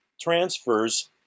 transfers